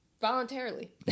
Voluntarily